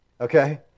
Okay